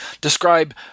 describe